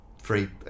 Free